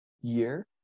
year